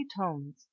tones